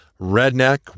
redneck